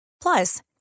Plus